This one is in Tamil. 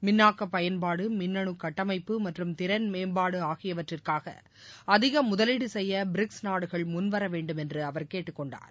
மின்னாக்க பயன்பாடு மின்னனு கட்டமைப்பு மற்றும் திறன்மேம்பாடு ஆகியவற்றிற்காக அதிக முதலீடு செய்ய பிரிக்ஸ் நாடுகள் முன் வரவேண்டும் என அவர் கேட்டுக்கொண்டார்